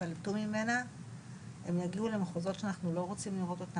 התנהגותיים אצל הילדים שמחצינים את זה,